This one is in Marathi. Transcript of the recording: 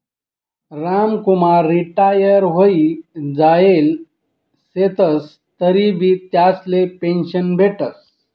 रामकुमार रिटायर व्हयी जायेल शेतंस तरीबी त्यासले पेंशन भेटस